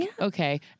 okay